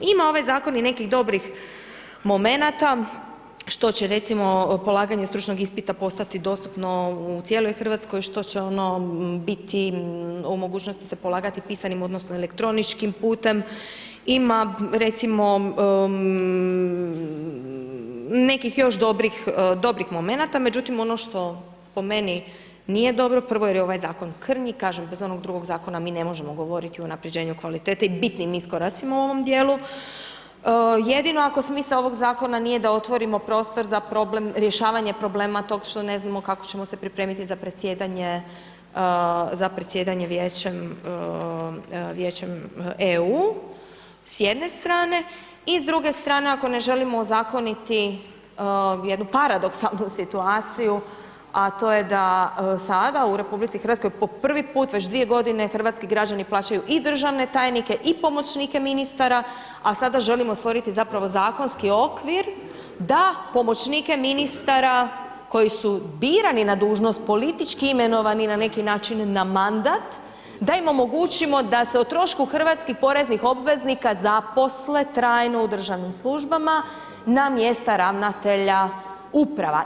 Ima ovaj zakon i nekih dobrih momenata što će recimo polaganje stručnog ispita postati dostupno u cijeloj Hrvatskoj, što će ono biti u mogućnosti pisanim odnosno elektroničkim putem, ima recimo nekih još dobrih momenata međutim ono što po meni nije dobro, prvo jer je ovaj zakon krnji, kažem, bez onog drugog zakon mi ne možemo govoriti o unaprjeđenju kvalitete i bitnim iskoracima u ovom djelu jedino ako smisao ovog zakona nije da otvorimo prostor za problem rješavanje problema tog što ne znamo kako ćemo se pripremiti za predsjedanje Vijećem EU-a s jedne strane i s druge strane ako ne želimo ozakoniti jednu paradoksalnu situaciju a to je da sada u RH po prvi put već 2 g. hrvatski građani plaćaju i državne tajnike i pomoćnike ministara a sada želimo stvoriti zapravo zakonski okvir da pomoćnike ministara koji su birani na dužnost, politički imenovani na neki način na mandat, da im omogućimo da se o trošku hrvatskih poreznih obveznika zaposle trajno u državnim službama na mjesta ravnatelja uprava.